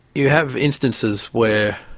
you have instances where,